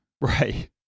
Right